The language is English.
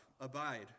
abide